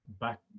back